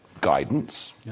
guidance